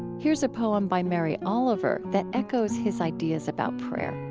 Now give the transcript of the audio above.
here's a poem by mary oliver that echoes his ideas about prayer